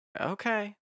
okay